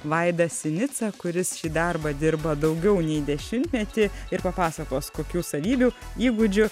vaidą sinicą kuris šį darbą dirba daugiau nei dešimtmetį ir papasakos kokių savybių įgūdžių